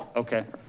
okay.